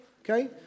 Okay